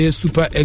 super